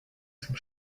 zum